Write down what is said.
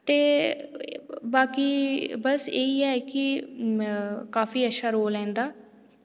ते बाकि बस एह् ही ऐ कि काफी अच्छा रोल ऐ इंदा